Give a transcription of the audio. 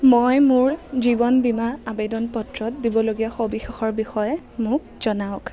মই মোৰ জীৱন বীমা আৱেদন পত্ৰত দিবলগীয়া সবিশেষৰ বিষয়ে মোক জনাওক